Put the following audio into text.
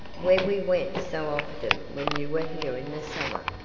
where we went so often when you were here in the summer?